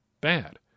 bad